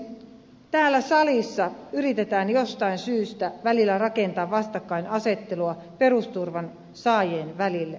täällä salissa yritetään jostain syystä välillä rakentaa vastakkainasettelua perusturvan saajien välille